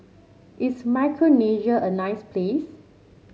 is Micronesia a nice place